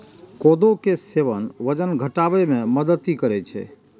कोदो के सेवन वजन घटाबै मे मदति करै छै